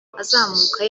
azamuka